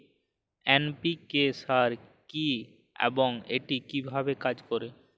NPK সার কি এবং এটি কিভাবে কাজ করে?